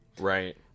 Right